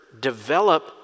develop